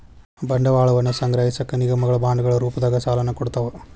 ಬಂಡವಾಳವನ್ನ ಸಂಗ್ರಹಿಸಕ ನಿಗಮಗಳ ಬಾಂಡ್ಗಳ ರೂಪದಾಗ ಸಾಲನ ಕೊಡ್ತಾವ